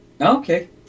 Okay